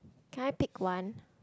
can I take one